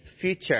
future